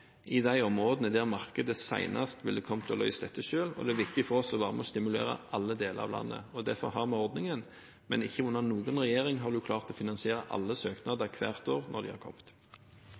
i de områdene der markedet senest ville komme til å løse dette selv, og det er viktig for oss å være med og stimulere alle deler av landet. Derfor har vi ordningen, men ikke under noen regjering har en klart å finansiere alle søknader hvert år når de har kommet.